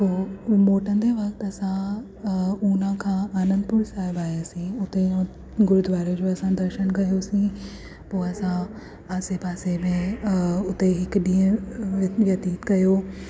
पोइ मोटंदे वक़्तु असां अ उनाखां आनंदपुर साहिब आयासीं उते गुरुद्वारे जो असां दर्शन कयोसीं पोइ असां आसे पासे में अ उते हिकु ॾींहुं व्यतित कयो